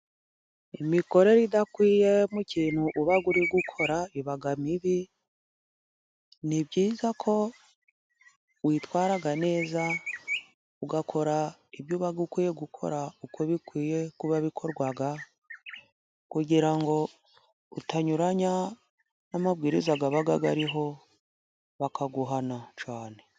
Imikorere idakwiye mu kintu uba uri gukora iba mibi, ni byiza ko witwara neza, ugakora ibyo uba ukwiye gukora uko bikwiye kuba bikorwa, kugira ngo utanyuranya n'amabwiriza aba ariho bakaguhana cyane.